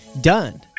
done